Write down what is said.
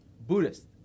Buddhist